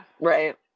right